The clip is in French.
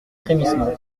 frémissement